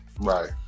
Right